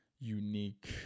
unique